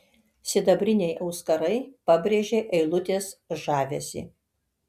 sidabriniai auskarai pabrėžė eilutės žavesį